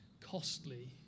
costly